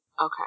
okay